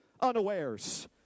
unawares